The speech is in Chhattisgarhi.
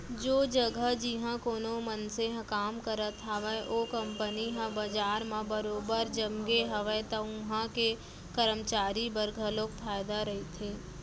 ओ जघा जिहाँ कोनो मनसे ह काम करत हावय ओ कंपनी ह बजार म बरोबर जमगे हावय त उहां के करमचारी बर घलोक फायदा रहिथे